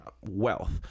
wealth